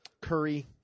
Curry